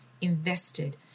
invested